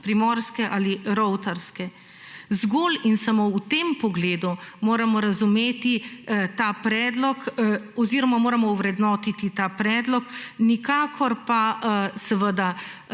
primorske ali rovtarske. Zgolj in samo v tem pogledu moramo razumeti ta predlog oziroma moramo ovrednotiti ta predlog, nikakor pa seveda